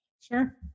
Sure